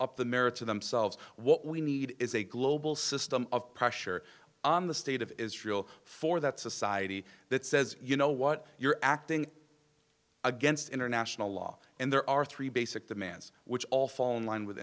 up the merits of themselves what we need is a global system of pressure on the state of israel for that society that says you know what you're acting against international law and there are three basic demands which all fall in line with